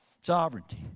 Sovereignty